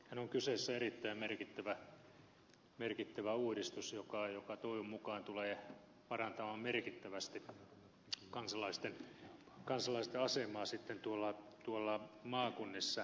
tässähän on kyseessä erittäin merkittävä uudistus joka toivon mukaan tulee sitten parantamaan merkittävästi kansalaisten asemaa tuolla maakunnissa